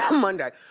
um monday,